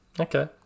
Okay